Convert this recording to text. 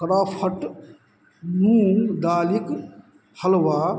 craft मूंग दालिक हलवा